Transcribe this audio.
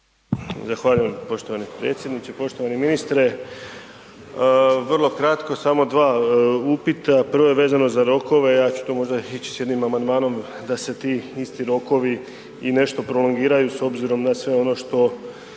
Zahvaljujem poštovani predsjedniče. Poštovani ministre, vrlo kratko, samo dva upita, prvo je vezano za rokove, ja ću to možda ići s jednim amandmanom da se ti isti rokovi i nešto prolongiraju s obzirom na sve ono što